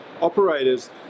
operators